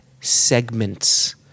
segments